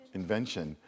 invention